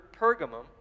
Pergamum